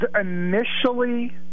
initially